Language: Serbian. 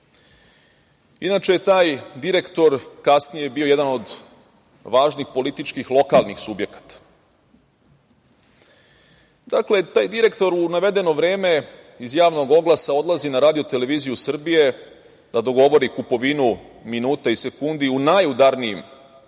Inače, taj direktor je kasnije bio jedan od važnih političkih lokalnih subjekata. Dakle, taj direktor u navedeno vreme iz javnog oglasa odlazi na RTS da dogovori kupovinu minuta i sekundi u najudarnijim